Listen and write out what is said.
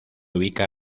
ubica